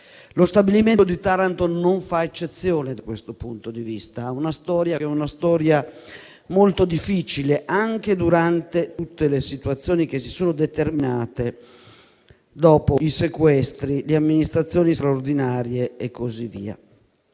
Lo stabilimento di Taranto non fa eccezione da questo punto di vista: ha una storia molto difficile, anche durante tutte le situazioni che si sono determinate dopo i sequestri, le amministrazioni straordinarie e così via.